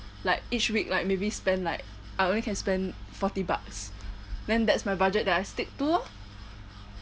like each week like maybe spend like I only can spend forty bucks then that's my budget that I stick to lor